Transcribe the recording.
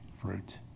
fruit